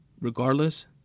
Regardless